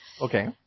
Okay